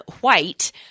White